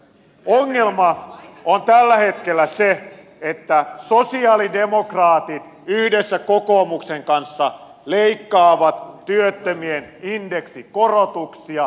ongelma on tällä hetkellä se että sosialidemokraatit yhdessä kokoomuksen kanssa leikkaavat työttömien indeksikorotuksia